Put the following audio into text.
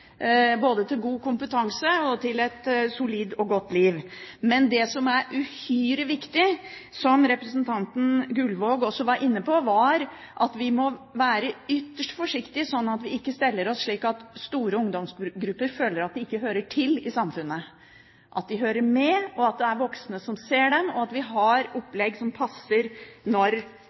liv. Men det som er uhyre viktig – som representanten Gullvåg også var inne på – er at vi må være ytterst forsiktige så vi ikke stiller oss slik at store ungdomsgrupper føler at de ikke hører til i samfunnet, men at de hører med, at det er voksne som ser dem, og at vi har opplegg som passer når